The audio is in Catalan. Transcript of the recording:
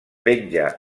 penja